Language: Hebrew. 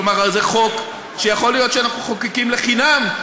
כלומר, זה חוק שיכול להיות שאנחנו מחוקקים לחינם,